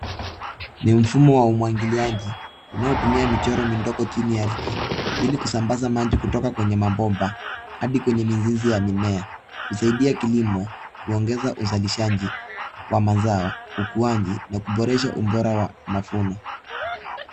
Ni mfumo wa umwagiliaji unaotumia michoro midogo jini ya aridhi ili kusambaza maji kutoka kwenye mapomba hadi kwenye mizizi ya mimea. Usaidia kilimo kuongeza usalishaji wa mazao ukuaji na kuboresha ubora wa mafuno.